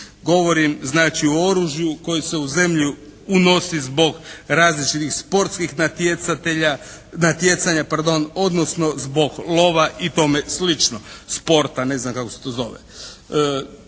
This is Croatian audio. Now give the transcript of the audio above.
govorim znači o oružju koje se u zemlju unosi zbog različitih sportskih natjecatelja, natjecanja, pardon, odnosno zbog lova i tome slično, sporta ne znam kako se to zove.